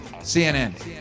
CNN